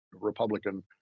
Republican